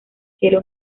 cielo